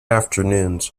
afternoons